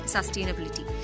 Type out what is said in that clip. Sustainability